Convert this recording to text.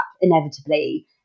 inevitably